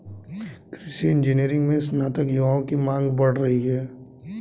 कृषि इंजीनियरिंग में स्नातक युवाओं की मांग बढ़ी है